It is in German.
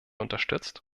unterstützt